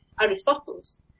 Aristotle's